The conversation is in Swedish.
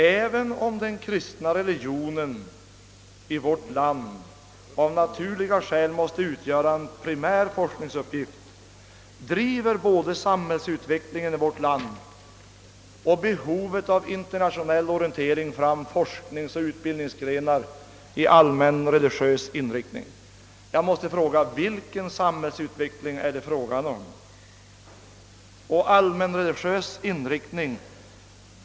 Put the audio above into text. även om den kristna religionen i vårt land av naturliga skäl måste utgöra en primär forskningsuppgift, driver både samhällsutvecklingen i vårt land och behovet av internationell orientering fram forskningsoch utbildningsgrenar i all män religiös inriktning.» Jag måste fråga: Vilken samhällsutveckling är det fråga om? Och vilken allmänreligiös inriktning!